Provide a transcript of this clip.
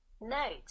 Note